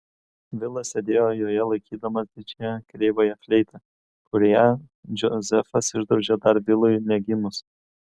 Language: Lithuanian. vilas sėdėjo joje laikydamas didžiąją kreivąją fleitą kurią džozefas išdrožė dar vilui negimus